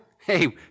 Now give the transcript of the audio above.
Hey